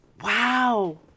Wow